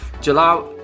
July